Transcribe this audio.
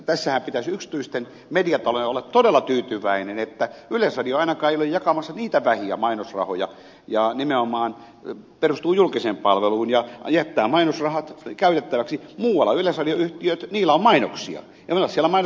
tässähän pitäisi yksityisten mediatalojen olla todella tyytyväisiä että yleisradio ainakaan ei ole jakamassa niitä vähiä mainosrahoja ja se nimenomaan perustuu julkiseen palveluun ja jättää mainosrahat käytettäväksi himalajan solien ja niilo mainoksia silmän